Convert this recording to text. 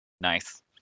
Nice